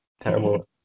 terrible